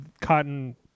cotton